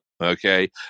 Okay